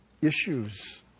issues